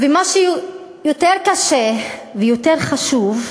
ומה שיותר קשה ויותר חשוב,